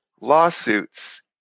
lawsuits